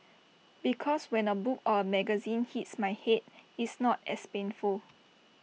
because when A book or A magazine hits my Head it's not as painful